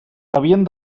havien